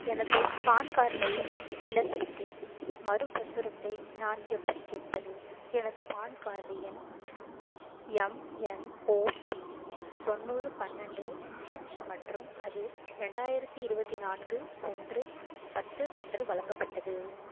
எனது பான் கார்டை இழந்துவிட்டேன் மறுபிரசுரத்தை நான் எப்படி கேட்பது எனது பான் கார்டு எண் எம் என் ஓ பி தொண்ணூறு பன்னெண்டு ஹச் மற்றும் அது ரெண்டாயிரத்தி இருபத்தி நான்கு ஒன்று பத்து அன்று வழங்கப்பட்டது